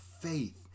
faith